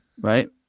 right